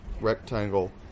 rectangle